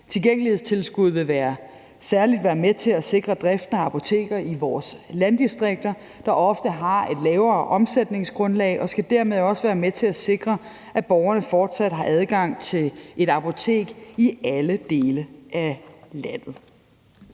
Tilgængelighedstilskuddet vil særlig være med til at sikre driften af apoteker i vores landdistrikter, der ofte har et lavere omsætningsgrundlag, og skal dermed også være med til at sikre, at borgerne fortsat har adgang til et apotek i alle dele af landet.